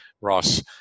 Ross